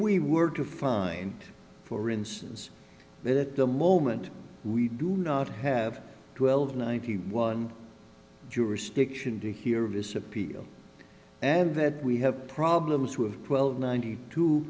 we were to find for instance that the moment we do not have twelve ninety one jurisdiction to hear of this appeal and that we have problems with twelve ninety two